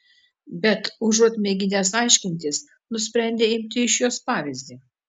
bet užuot mėginęs aiškintis nusprendė imti iš jos pavyzdį